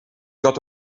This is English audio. got